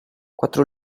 quattro